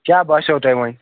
کیٛاہ باسیو تُہۍ وَنۍ